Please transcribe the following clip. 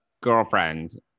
girlfriend